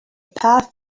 path